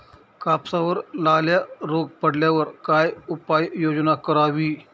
कापसावर लाल्या रोग पडल्यावर काय उपाययोजना करावी?